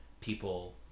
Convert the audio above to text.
people